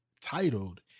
titled